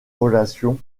relations